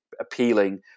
appealing